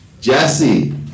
Jesse